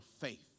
faith